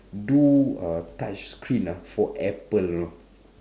do uh touchscreen ah for apple you know